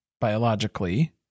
biologically